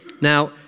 Now